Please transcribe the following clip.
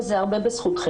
וזה הרבה בזכותכם.